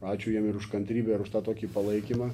ačiū jiem ir už kantrybę ir už tą tokį palaikymą